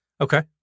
Okay